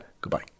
Goodbye